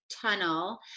tunnel